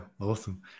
awesome